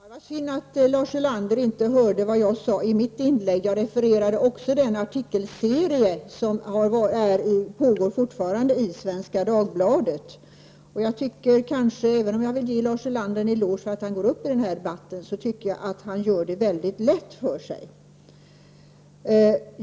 Herr talman! Det var synd att Lars Ulander inte hörde vad jag sade i mitt inlägg. Jag refererade också till den artikelserie i Svenska Dagbladet som har pågått och pågår fortfarande. Även om jag vill ge Lars Ulander en eloge för att han går upp i debatten, tycker jag att han gör det väldigt lätt för sig.